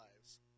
lives